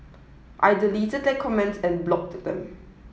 I deleted their comments and blocked them